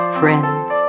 friends